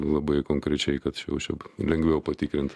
labai konkrečiai kad juos čia lengviau patikrint